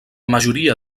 majoria